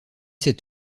cet